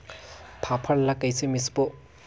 फाफण ला कइसे मिसबो?